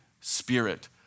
Spirit